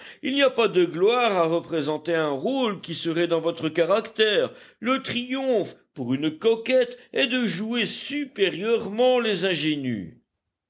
il n'y a pas de gloire à représenter un rôle qui serait dans votre caractère le triomphe pour une coquette est de jouer supérieurement les ingénues